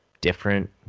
different